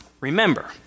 Remember